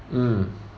mm